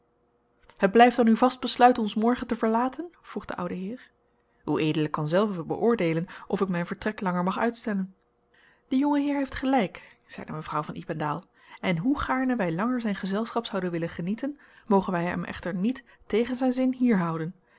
het blijft dan uw vast besluit ons morgen te verlaten vroeg de oude heer ued kan zelve beöordeelen of ik mijn vertrek langer mag uitstellen de jonge heer heeft gelijk zeide mevrouw van ypendael en hoe gaarne wij langer zijn gezelschap zouden willen genieten mogen wij hem echter niet tegen zijn zin hier houden